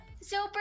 Super